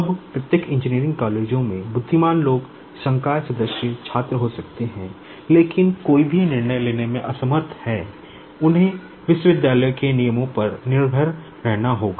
अब प्रत्येक इंजीनियरिंग कॉलेजों में बुद्धिमान लोग संकाय सदस्य छात्र हो सकते हैं लेकिन कोई भी निर्णय लेने में असमर्थ हैं उन्हें विश्वविद्यालय के नियमों पर निर्भर रहना होगा